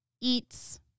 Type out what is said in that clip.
eats